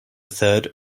third